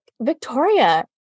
Victoria